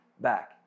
back